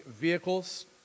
vehicles